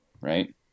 right